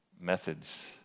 methods